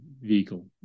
vehicle